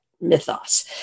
mythos